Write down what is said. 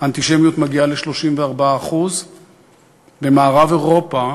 האנטישמיות מגיעה ל-34%; במערב-אירופה,